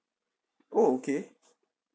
oh okay